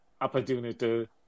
opportunity